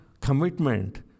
commitment